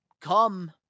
come